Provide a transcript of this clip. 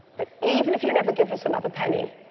but even if you never give us another penny,